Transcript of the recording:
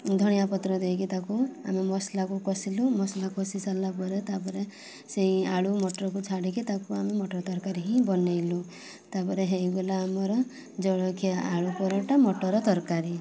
ଧଣିଆ ପତ୍ର ଦେଇକି ତାକୁ ଆମେ ମସଲାକୁ କଷିଲୁ ମସଲା କଷି ସାରିଲା ପରେ ତା'ପରେ ସେଇ ଆଳୁ ମଟରକୁ ଛାଡ଼ିକି ତାକୁ ଆମେ ମଟର ତରକାରୀ ହିଁ ବନେଇଲୁ ତା'ପରେ ହେଇଗଲା ଆମର ଜଳଖିଆ ଆଳୁ ପରଟା ମଟର ତରକାରୀ